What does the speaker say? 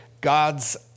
God's